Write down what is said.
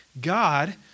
God